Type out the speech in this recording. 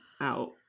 out